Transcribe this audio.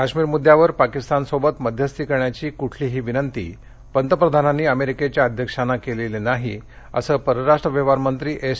काश्मीर मुद्यावर पाकिस्तानसोबत मध्यस्थी करण्याची कुठलीही विनंती पंतप्रधानांनी अमेरिकेच्या अध्यक्षांना केलेली नाही असं परराष्ट्र व्यवहारमंत्री एस